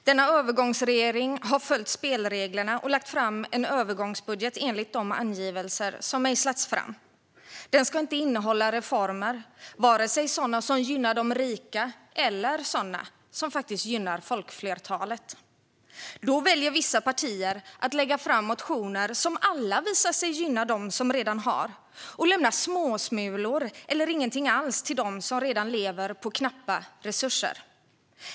Denna övergångsregering har följt spelreglerna och lagt fram en övergångsbudget enligt de anvisningar som mejslats fram. Den ska inte innehålla reformer, vare sig sådana som gynnar de rika eller sådana som gynnar folkflertalet. Då väljer vissa partier att lägga fram egna motioner, som alla visar sig gynna dem som redan har och lämna småsmulor eller ingenting alls till dem som redan lever på knappa resurser.